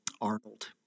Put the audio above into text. Arnold